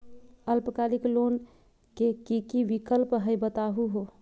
अल्पकालिक लोन के कि कि विक्लप हई बताहु हो?